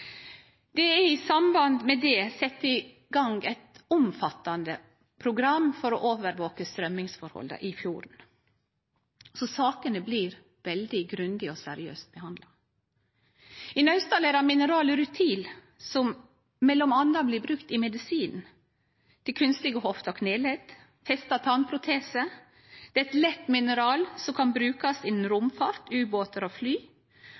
Det er i samband med det sett i gang eit omfattande program for å overvake straumingsforholda i fjorden, så sakene blir veldig grundig og seriøst behandla. I Naustdal er mineralet rutil, som m.a. blir brukt i medisin til kunstige hofter, kneledd og til å feste tannprotesar. Det er eit lett mineral som kan brukast innan romfart, ubåtar og fly,